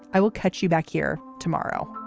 i will catch you back here tomorrow